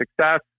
success